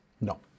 No